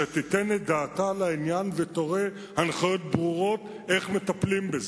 שתיתן את דעתה על העניין ותיתן הנחיות ברורות איך מטפלים בזה.